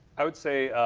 i would say,